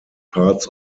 parts